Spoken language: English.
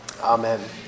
Amen